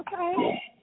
Okay